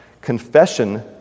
Confession